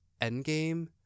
endgame